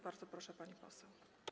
Bardzo proszę, pani poseł.